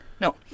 No